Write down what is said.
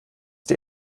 die